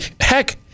Heck